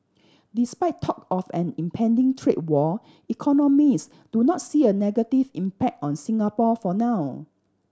despite talk of an impending trade war economists do not see a negative impact on Singapore for now